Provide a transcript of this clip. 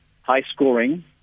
high-scoring